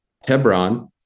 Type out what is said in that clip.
hebron